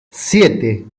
siete